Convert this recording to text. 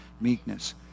meekness